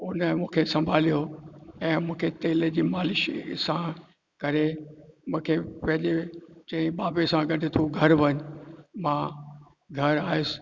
उन मूंखे संभालियो ऐं मूंखे तेल जी मालिश सां करे मूंखे पहिरियों बाबे सां गॾु तूं घर वञ मां घर आयुसि